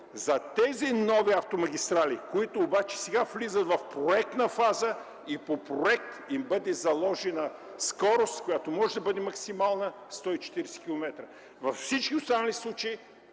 за тези нови автомагистрали, които обаче сега влизат в проектна фаза и по проект им бъде заложена скорост, която може да бъде максимална 140 километра. Във всички останали случаи